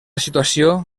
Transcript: situació